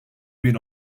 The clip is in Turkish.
bin